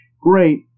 great